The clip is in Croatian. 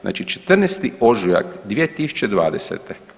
Znači 14. ožujak 2020.